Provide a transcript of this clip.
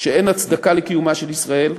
שאין הצדקה לקיומה של ישראל,